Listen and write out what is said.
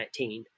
2019